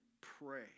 pray